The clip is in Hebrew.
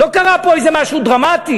לא קרה פה איזה משהו דרמטי.